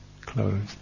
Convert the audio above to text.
clothes